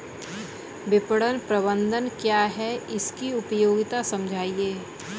विपणन प्रबंधन क्या है इसकी उपयोगिता समझाइए?